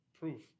proof